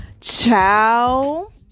ciao